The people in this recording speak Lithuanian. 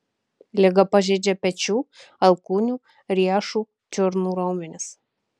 liga pažeidžia pečių alkūnių riešų čiurnų raumenis